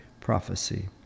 prophecy